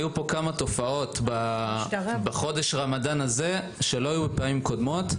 היו פה כמה תופעות בחודש הרמדאן הזה שלא היו בפעמים הקודמות.